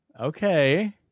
Okay